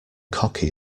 cocky